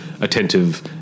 attentive